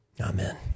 Amen